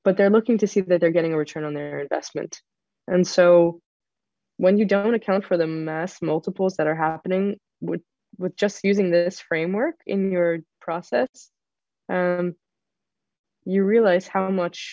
but they're looking to see that they're getting a return on their investment and so when you don't account for the mass multiples that are happening with just using this framework in your process you realize how much